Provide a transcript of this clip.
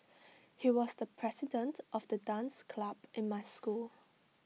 he was the president of the dance club in my school